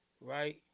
right